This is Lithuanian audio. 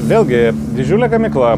vėlgi didžiulė gamykla